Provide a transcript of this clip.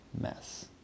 mess